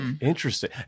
interesting